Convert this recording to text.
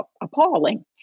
appalling